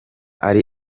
ari